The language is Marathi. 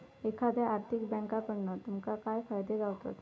एखाद्या आर्थिक बँककडना तुमका काय फायदे गावतत?